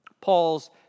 Paul's